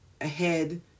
ahead